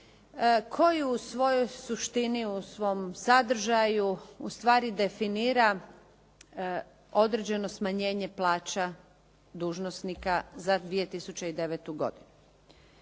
koji u svojoj suštini, u svom sadržaju ustvari definira određeno smanjenje plaća dužnosnika za 2009. godinu.